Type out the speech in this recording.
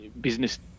business